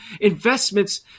investments